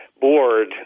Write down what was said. board